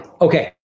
Okay